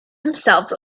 themselves